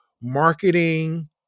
marketing